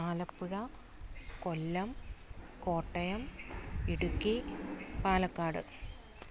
Alappuzha Kollam Kottayam Idukki Palakkad